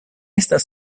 estas